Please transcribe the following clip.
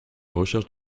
recherche